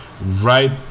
Right